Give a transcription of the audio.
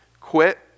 Quit